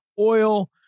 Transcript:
oil